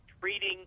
treating